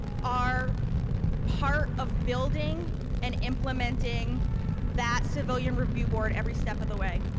are part of building and implementing that civilian review board every step of the way.